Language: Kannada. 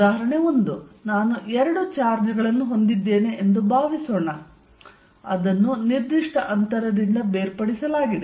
ಉದಾಹರಣೆ ಒಂದು ನಾನು ಎರಡು ಚಾರ್ಜ್ಗಳನ್ನು ಹೊಂದಿದ್ದೇನೆ ಎಂದು ಭಾವಿಸೋಣ ಅದನ್ನು ನಿರ್ದಿಷ್ಟ ಅಂತರದಿಂದ ಬೇರ್ಪಡಿಸಲಾಗಿದೆ